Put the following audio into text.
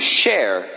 share